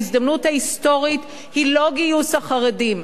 ההזדמנות ההיסטורית היא לא גיוס החרדים,